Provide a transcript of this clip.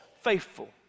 Faithful